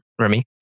Remy